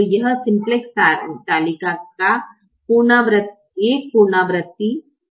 तो यह सिम्प्लेक्स तालिका का एक पुनरावृत्ति है